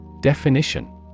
Definition